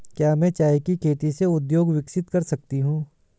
क्या मैं चाय की खेती से उद्योग विकसित कर सकती हूं?